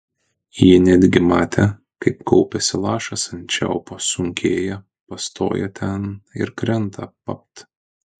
ji netgi matė kaip kaupiasi lašas ant čiaupo sunkėja pastoja ten ir krenta papt